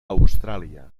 austràlia